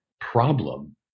problem